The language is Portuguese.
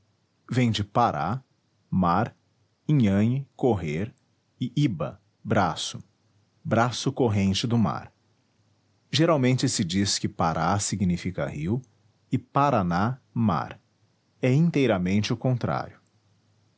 vem de pará mar nhanhe correr e hyba braço braço corrente do mar geralmente se diz que pará significa rio e paraná mar é inteiramente o contrário